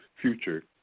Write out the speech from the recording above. future